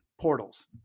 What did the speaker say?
portals